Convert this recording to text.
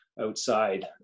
outside